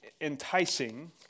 enticing